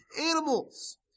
animals